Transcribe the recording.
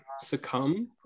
succumb